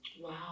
Wow